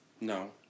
No